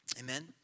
Amen